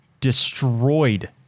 destroyed